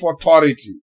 authority